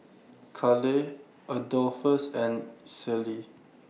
Caleigh Adolphus and Celie